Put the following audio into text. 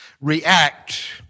react